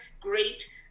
great